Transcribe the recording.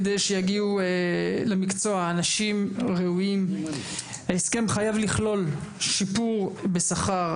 כדי שיגיעו אנשים ראויים ההסכם חייב לכלול שיפור בשכר,